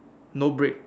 no brick